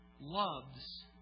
loves